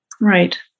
Right